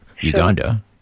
Uganda